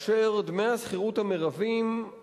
אשר דמי השכירות עבורן,